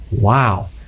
wow